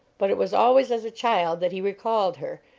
but it was always as a child that he recalled her,